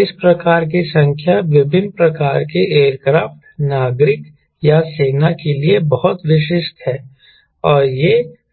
इस प्रकार की संख्या विभिन्न प्रकार के एयरक्राफ्ट नागरिक या सेना के लिए बहुत विशिष्ट है और ये